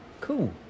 cool